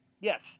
Yes